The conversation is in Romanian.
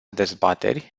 dezbateri